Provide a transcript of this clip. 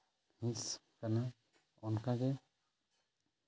ᱦᱤᱸᱥ ᱠᱟᱱᱟ ᱚᱱᱠᱟᱜᱮ